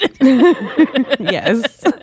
Yes